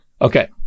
okay